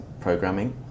programming